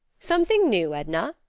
something new, edna?